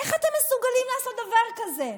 איך אתם מסוגלים לעשות דבר כזה?